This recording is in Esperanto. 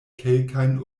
kelkajn